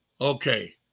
Okay